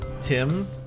Tim